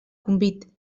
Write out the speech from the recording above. convit